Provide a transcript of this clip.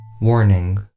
Warning